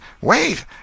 Wait